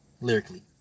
lyrically